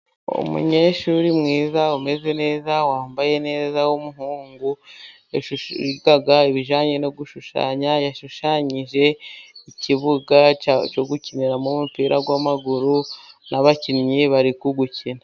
Umunyeshuri mwiza umeze neza , wambaye neza w'umuhungu wiga ibijyanye no gushushanya , yashushanyije ikibuga cyo gukinira mumupira w'amaguru n'abakinnyi bari kuwukina.